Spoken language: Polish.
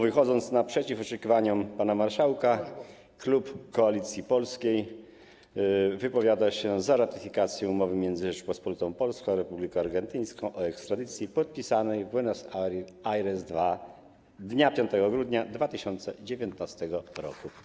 Wychodząc naprzeciw oczekiwaniom pana marszałka - klub Koalicji Polskiej opowiada się za ratyfikacją Umowy między Rzecząpospolitą Polską a Republiką Argentyńską o ekstradycji, podpisanej w Buenos Aires dnia 5 grudnia 2019 r.